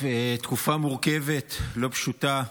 תקופה מורכבת ולא פשוטה,